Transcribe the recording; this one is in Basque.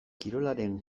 kirolaren